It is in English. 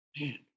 man